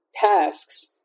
tasks